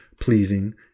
pleasing